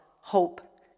hope